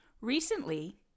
Recently